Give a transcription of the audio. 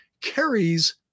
carries